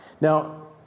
Now